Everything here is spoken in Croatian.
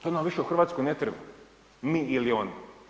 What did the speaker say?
To nam više u Hrvatskoj ne treba, mi ili oni.